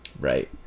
Right